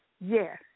Yes